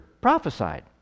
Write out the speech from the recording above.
prophesied